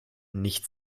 nicht